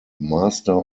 master